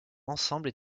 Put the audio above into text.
ensemble